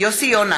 יוסי יונה,